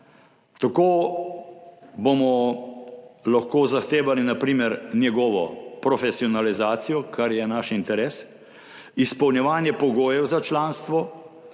Tako bomo lahko zahtevali na primer njegovo profesionalizacijo, kar je naš interes, izpolnjevanje pogojev za članstvo,